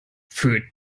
für